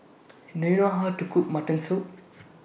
Do YOU know How to Cook Mutton Soup